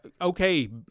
okay